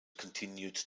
continued